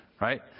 Right